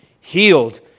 healed